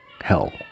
hell